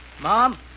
Mom